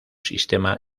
sistema